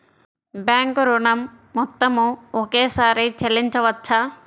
Bank ఋణం మొత్తము ఒకేసారి చెల్లించవచ్చా?